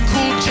Cool